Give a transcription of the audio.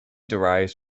derives